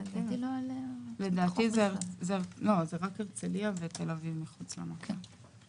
לדעתי זה רק הרצליה ותל-אביב מחוץ למפה.